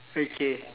okay